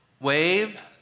wave